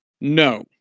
No